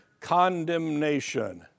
condemnation